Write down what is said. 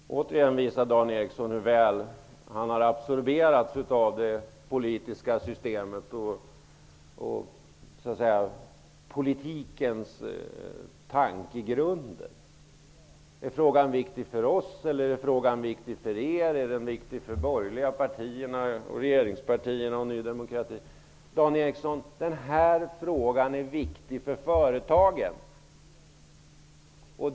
Fru talman! Återigen visar Dan Eriksson i Stockholm hur väl han har absorberats av det politiska systemet och politikens tankegrunder. Är frågan viktig för oss, eller är frågan viktig för er? Är den viktig för de borgerliga partierna, regeringspartierna, Ny demokrati o.s.v.? Dan Eriksson! Den här frågan är viktig för företagen.